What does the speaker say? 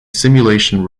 simulation